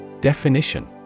Definition